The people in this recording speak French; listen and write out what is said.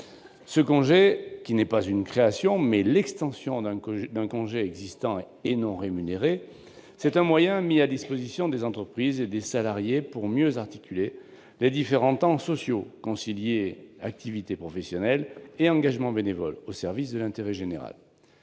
Ce congé, qui est non pas une création, mais l'extension d'un congé existant et non rémunéré, est un moyen mis à la disposition des entreprises et des salariés pour mieux articuler les différents temps sociaux, concilier activité professionnelle et engagement bénévole au service de l'intérêt général.